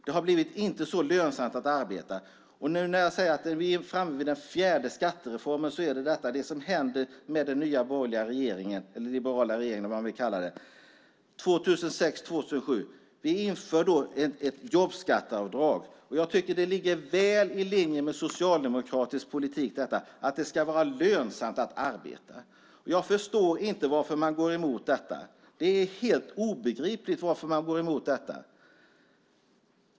Det är inte längre så lönsamt att arbeta. Den fjärde skattereformen som jag talade om är att den nya borgerliga eller liberala regeringen 2006/07 införde ett jobbskatteavdrag. Att det ska vara lönsamt att arbeta tycker jag ligger väl i linje med socialdemokratisk politik. Det är därför helt obegripligt att man går emot detta!